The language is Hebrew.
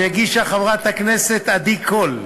שהגישה חברת הכנסת עדי קול,